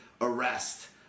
arrest